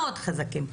מאוד חזקים.